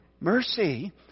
mercy